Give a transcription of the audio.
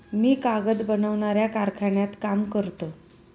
मी कागद बनवणाऱ्या कारखान्यात काम करतो